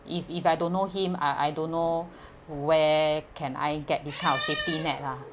if if I don't know him I I don't know where can I get this kind of safety net lah